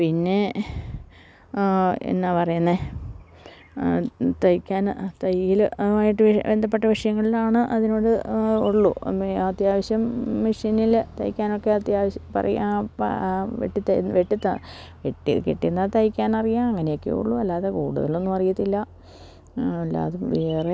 പിന്നെ എന്താണ് പറയുന്നത് തയ്യലുമായിട്ട് ബന്ധപ്പെട്ട വിഷയങ്ങളിലാണ് അതിനോടേ ഉള്ളൂ അത്യാവശ്യം മെഷീനില് തയ്ക്കാനൊക്കെ അത്യാവശ്യം വെട്ടിക്കിട്ടുന്നത് തയ്ക്കാനറിയാം അങ്ങനെയൊക്കെയെയുള്ളൂ അല്ലാതെ കൂടുതലൊന്നുമറിയില്ല അല്ലാതെ വേറെ